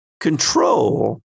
control